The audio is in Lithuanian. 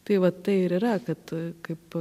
tai va tai ir yra kad kaip